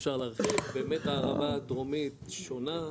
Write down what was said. באמת הערבה הדרומית שונה,